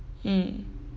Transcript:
mm